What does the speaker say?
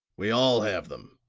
we all have them,